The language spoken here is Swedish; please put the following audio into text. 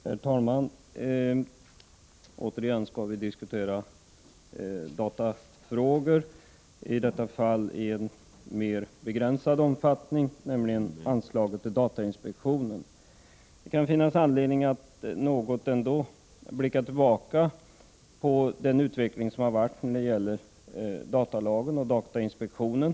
Herr talman! Återigen skall vi diskutera datafrågor, i detta fall i mer begränsad omfattning, nämligen anslaget till datainspektionen. Det kan finnas anledning att något blicka tillbaka på den utveckling som har varit när det gäller datalagen och datainspektionen.